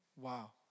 Wow